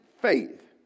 faith